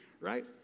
Right